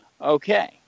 Okay